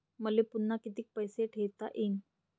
मले पुन्हा कितीक पैसे ठेवता येईन?